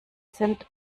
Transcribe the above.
sind